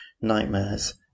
nightmares